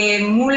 מול